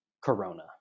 Corona